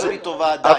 תעשו לי טובה, די.